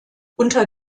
unter